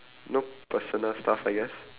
no personal stuff I guess